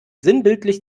sinnbildlich